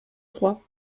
trois